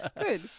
Good